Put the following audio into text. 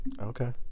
Okay